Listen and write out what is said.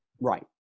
Right